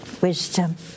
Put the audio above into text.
wisdom